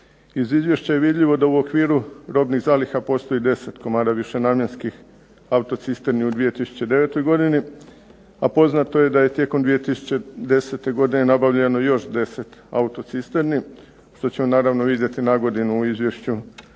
Iz izvješća je vidljivo da u okviru robnih zaliha postoji 10 komada višenamjenskih autocisterni u 2009. godini, a poznato je da je tijekom 2010. godine nabavljeno još 10 autocisterni, što ćemo naravno iznijeti nagodinu u izvješću